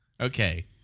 Okay